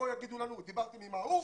יבואו ויגידו לנו: דיברתם עם ההוא,